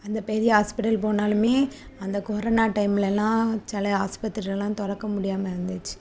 அந்த பெரிய ஹாஸ்பிட்டல் போனாலுமே அந்த கொரோனா டைம்லெலாம் சில ஆஸ்பத்திரியெலாம் திறக்க முடியாமல் இருந்துச்சு